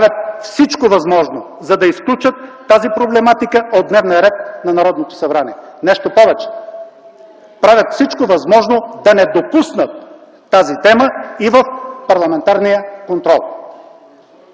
правят всичко възможно, за да изключат тази проблематика от дневния ред на Народното събрание. Нещо повече, правят всичко възможно да не допуснат тази тема и в парламентарния контрол.